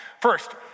First